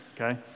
okay